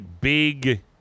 big